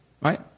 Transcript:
right